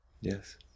Yes